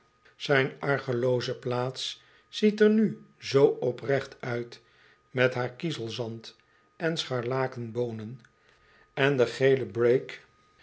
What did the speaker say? zijn argelooze plaats ziet er nu zoo oprecht uit met haar kiezelzand en scharlaken boonen en den gelen